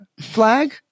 flag